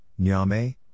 Nyame